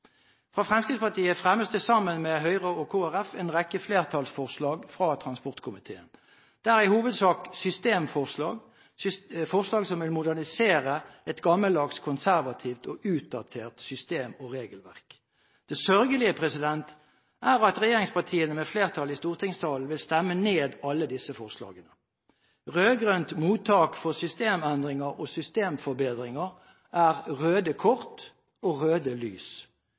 Fra Fremskrittspartiet fremmes det sammen med Høyre og Kristelig Folkeparti en rekke flertallsforslag fra transportkomiteen. Det er i hovedsak systemforslag – forslag som vil modernisere et gammeldags, konservativt og utdatert system og regelverk. Det sørgelige er at regjeringspartiene, med flertall i stortingssalen, vil stemme ned alle disse forslagene. Rød-grønt mottak for systemendringer og systemforbedringer er røde kort og røde lys